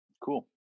Cool